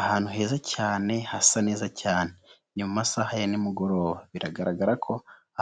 Ahantu heza cyane hasa neza cyane .Ni mu masaha ya nimugoroba. Biragaragara ko